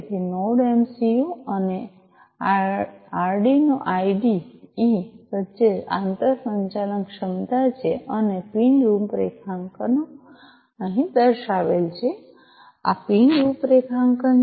તેથી node MCU અને Arduino IDE વચ્ચે આંતરસંચાલનક્ષમતા છે અને પિન રૂપરેખાંકનો અહીં દર્શાવેલ છે આ પિન રૂપરેખાંકન છે